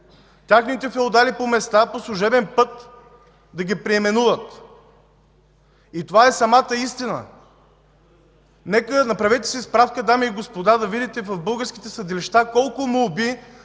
техните феодали по места по служебен път да ги преименуват. Това е самата истина! Направете си справка, дами и господа, за да видите в българските съдилища колко молби